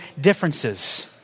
differences